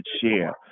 share